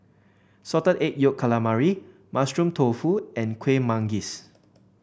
Salted Egg Yolk Calamari Mushroom Tofu and Kueh Manggis